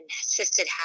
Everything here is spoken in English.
assisted